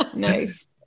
Nice